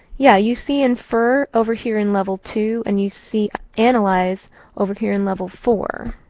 yeah, you see infer over here in level two. and you see analyze over here in level four.